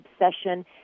obsession